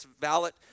valid